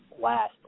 last